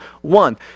one